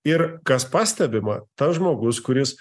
ir kas pastebima tas žmogus kuris